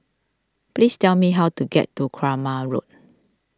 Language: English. please tell me how to get to Kramat Road